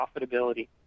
profitability